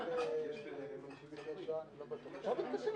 הישיבה נעולה.